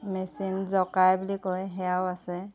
machine জকাই বুলি কয় সেয়াও আছে